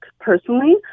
Personally